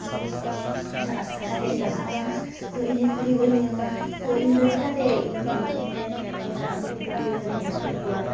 ᱤᱱᱟᱹᱜ ᱟᱥᱟ ᱠᱟᱛᱮᱫ ᱤᱧ ᱯᱟᱲᱦᱟᱣᱱᱟ ᱛᱚ ᱤᱧ ᱱᱩᱠᱨᱤ ᱵᱟᱹᱧ ᱧᱟᱢᱟ ᱛᱚ ᱤᱧ ᱫᱚ ᱪᱮᱠᱟᱛᱮ ᱤᱧ ᱨᱮᱱ ᱮᱨᱟᱼᱩᱨᱩ ᱜᱤᱫᱟᱹᱨᱼᱯᱤᱫᱟᱹᱨᱤᱧ ᱟᱹᱥᱩᱞ ᱠᱚᱣᱟ